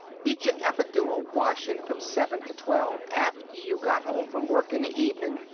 did yuh ever do a washin' from seven to twelve, after you got home from work in the evenin'?